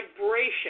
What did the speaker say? vibration